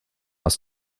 aus